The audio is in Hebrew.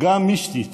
גם מיסטית